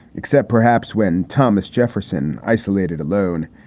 except perhaps when thomas jefferson isolated, alone,